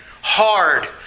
hard